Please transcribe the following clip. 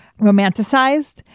romanticized